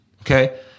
Okay